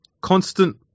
constant